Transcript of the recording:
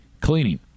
Cleaning